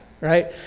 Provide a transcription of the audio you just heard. right